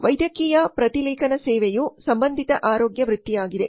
ವೈದ್ಯಕೀಯ ಪ್ರತಿಲೇಖನ ಸೇವೆಯು ಸಂಬಂಧಿತ ಆರೋಗ್ಯ ವೃತ್ತಿಯಾಗಿದೆ